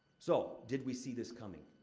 so, did we see this coming?